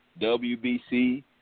WBC